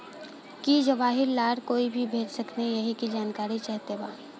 की जवाहिर लाल कोई के भेज सकने यही की जानकारी चाहते बा?